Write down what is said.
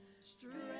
strength